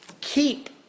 keep